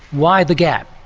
why the gap?